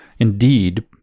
Indeed